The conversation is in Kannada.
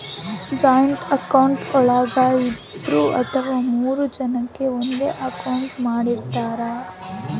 ಜಾಯಿಂಟ್ ಅಕೌಂಟ್ ಒಳಗ ಇಬ್ರು ಅಥವಾ ಮೂರು ಜನಕೆ ಒಂದೇ ಅಕೌಂಟ್ ಮಾಡಿರ್ತರಾ